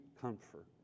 comfort